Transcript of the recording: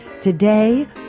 Today